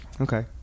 okay